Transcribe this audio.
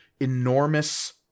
enormous